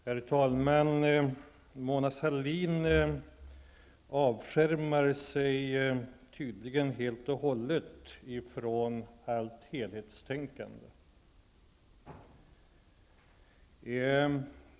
Herr talman! Mona Sahlin avskärmar sig tydligen helt och hållet från allt helhetstänkande.